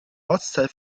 ortsteil